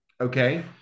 Okay